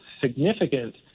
significant